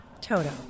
Toto